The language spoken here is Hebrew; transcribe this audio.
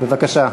בבקשה.